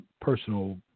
personal